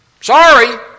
Sorry